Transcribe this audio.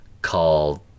called